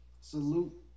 Salute